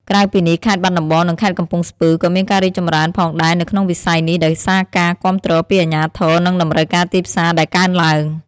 ក្រៅពីនេះ ខេត្តបាត់ដំបង និង ខេត្តកំពង់ស្ពឺ ក៏មានការរីកចម្រើនផងដែរនៅក្នុងវិស័យនេះដោយសារការគាំទ្រពីអាជ្ញាធរនិងតម្រូវការទីផ្សារដែលកើនឡើង។